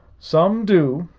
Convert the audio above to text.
some do,